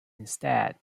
instead